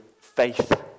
faith